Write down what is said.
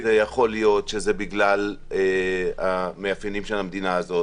יכול להיות שזה בגלל המאפיינים של המדינה הזאת,